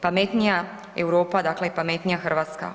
Pametnija Europa, dakle i pametnija Hrvatska.